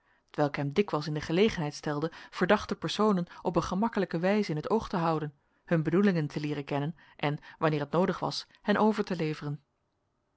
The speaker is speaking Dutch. welk hem dikwijls in de gelegenheid stelde verdachte personen op een gemakkelijke wijze in t oog te houden hun bedoelingen te leeren kennen en wanneer het noodig was hen over te leveren